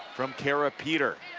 from kara peter.